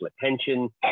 attention